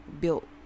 Built